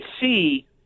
see